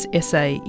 essay